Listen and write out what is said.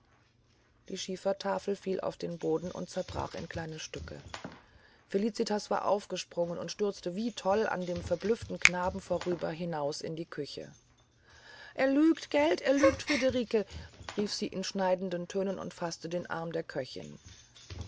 die schiefertafel fiel auf den boden und zerbrach in kleine stücke felicitas war aufgesprungen und stürzte wie toll an dem verblüfften knaben vorüber hinaus in die küche er lügt gelt er lügt friederike rief sie in schneidenden tönen und faßte den arm der köchin